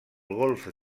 golf